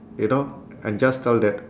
you know I just tell that